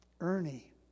Ernie